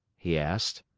he asked.